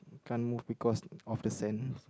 can't move because of the sand